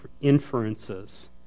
inferences